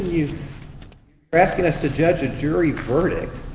you know asking us to judge a jury verdict,